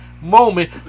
moment